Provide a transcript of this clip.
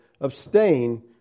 abstain